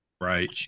Right